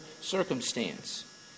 circumstance